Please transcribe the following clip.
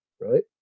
right